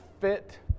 fit